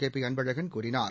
KP Anbazhagan கூறினார்